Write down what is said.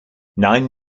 nine